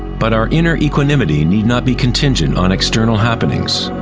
but our inner equanimity need not be contingent on external happenings.